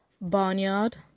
barnyard